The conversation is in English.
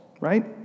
right